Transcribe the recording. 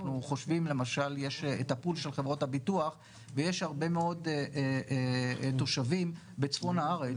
יש את הפול של חברות הביטוח ויש הרבה מאוד תושבים בצפון הארץ,